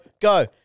go